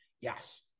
Yes